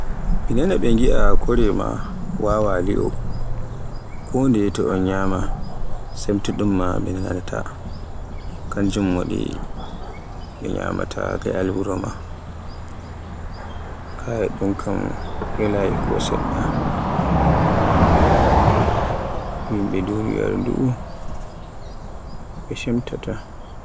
Mi nana blɓe ngiya kore maa wawa li'o, kondeye so on nyamda cemtuɗum maa ɓe nanaata, hanjum waɗi ɓe nyamaata le'al wuro maa. Kaya ɗum welaayi ko seɗɗa, Aradu. Yimɓe duniyaaru ndu ɓe chemtata.